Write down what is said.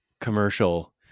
commercial